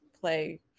play